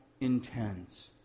intends